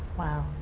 wow.